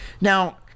Now